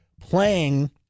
playing